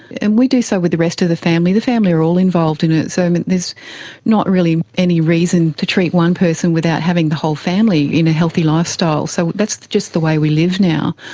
and we do so with the rest of the family, the family are all involved in it. so um and there's not really any reason to treat one person without having the whole family in a healthy lifestyle, so that's just the way we live now.